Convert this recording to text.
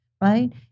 Right